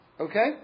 Okay